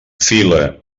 fila